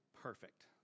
perfect